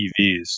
EVs